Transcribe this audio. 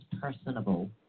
personable